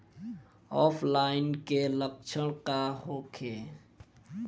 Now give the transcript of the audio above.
ऑफलाइनके लक्षण का होखे?